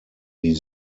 wie